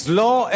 law